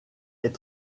est